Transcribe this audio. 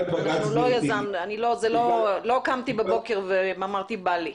לא קמתי בבוקר ואמרתי: בא לי.